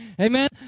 Amen